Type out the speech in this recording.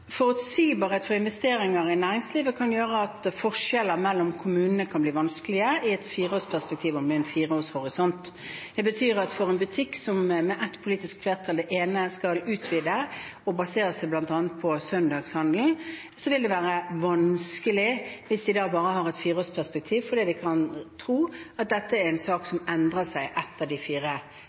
Forutsigbarhet for investeringer i næringslivet kan gjøre at forskjeller mellom kommunene kan bli vanskelige i et fireårsperspektiv og med en fireårshorisont. Det betyr at for en butikk som med ett politisk flertall – det ene – skal utvide og basere seg bl.a. på søndagshandel, vil det være vanskelig hvis de bare har et fireårsperspektiv, fordi de kan tro at dette er en sak som endrer seg etter de fire